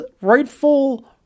rightful